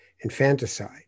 infanticide